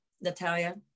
Natalia